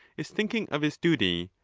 is thinking of his duty,